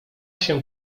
się